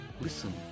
Listen